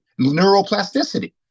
neuroplasticity